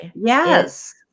Yes